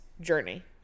journey